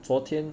昨天